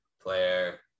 player